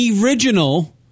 original